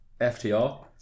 FTR